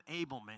enablement